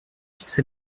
vice